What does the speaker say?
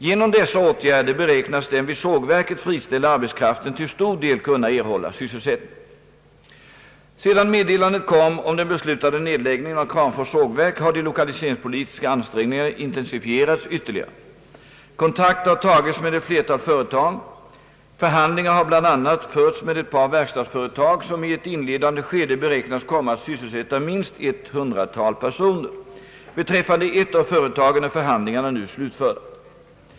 Genom dessa åtgärder beräknas den vid sågverket friställda arbetskraften till stor del kunna erhålla sysselsättning. Sedan meddelandet kom om den beslutade nedläggningen av Kramfors” sågverk har de lokaliseringspolitiska ansträngningarna intensifierats ytterligare. Kontakter har tagits med ett flertal företag. Förhandlingar har bl.a. förts med ett par verkstadsföretag, som i ett inledande skede beräknas komma att sysselsätta minst ett 100-tal personer. Beträffande ett av företagen är förhandlingarna nu slutförda.